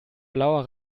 blauer